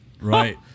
Right